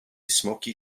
smoky